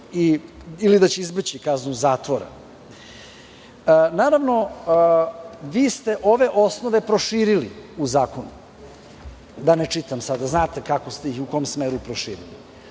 ili da će izbeći kaznu zatvora. Naravno, vi ste ove osnove proširili u zakonu, da ne čitam sada, znate kako ste ih i u kom smeru proširili.